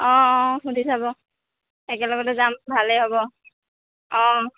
অঁ অঁ সুধি চাব একেলগতে যাম ভালে হ'ব অঁ